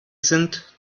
sind